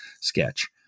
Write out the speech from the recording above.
sketch